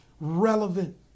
relevant